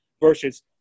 versus